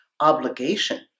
obligation